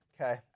Okay